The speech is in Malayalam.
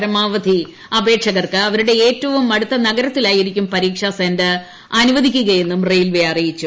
പരമാവധി അപേക്ഷകർക്ക് അവരുടെ ഏറ്റവും അടുത്ത നഗരത്തിലായിരിക്കും പരീക്ഷ സെന്റർ അനുവദിക്കുകയെന്ന് റെയിൽവേ അറിയിക്കുന്നു